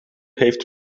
heeft